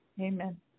Amen